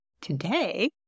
today